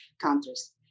countries